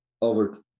over